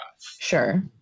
Sure